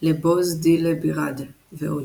"לה בוז די לה ביראד" ועוד.